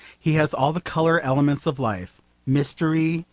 he has all the colour elements of life mystery,